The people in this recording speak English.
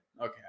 okay